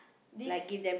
this